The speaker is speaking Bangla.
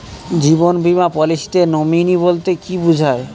জীবন বীমা পলিসিতে নমিনি বলতে কি বুঝায়?